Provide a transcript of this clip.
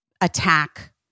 attack